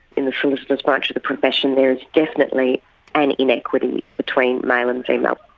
in the solicitors' branch of the profession, there is definitely an inequity between male and female.